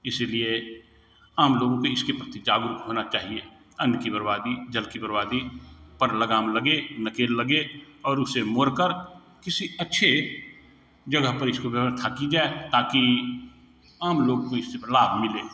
इसीलिए आम लोगों में इसके प्रति जागरुक होना चाहिए अन्न की बर्बादी जल की बर्बादी पर लगाम लगे नकेल लगे और उसे मोड़कर किसी अच्छे जगह पर इसको व्यवस्था की जाए ताकि आम लोग को इससे लाभ मिले